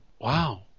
wow